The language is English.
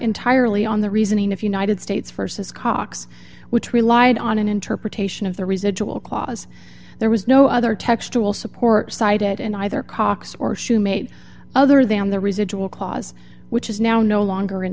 entirely on the reasoning if united states versus cox which relied on an interpretation of the residual clause there was no other textual support site at and either cox or shumate other than the residual clause which is now no longer in